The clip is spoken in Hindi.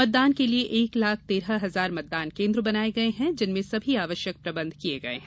मतदान के लिए एक लाख तेरह हजार मतदान केंद्र बनाए गए हैं जिनमें सभी आवश्यक प्रबंध किए गए हैं